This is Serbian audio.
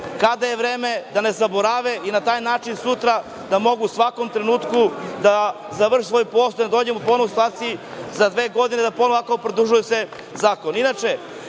kada je vreme, da ne zaborave i na taj način sutra da mogu u svakom trenutku da završe svoj posao, da ne dođemo ponovo u situaciju za dve godine da se ponovo produžava